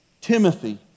Timothy